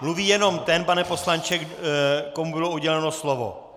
Mluví jenom ten, pane poslanče, komu bylo uděleno slovo.